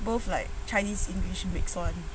both like chinese english mix [one]